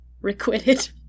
requited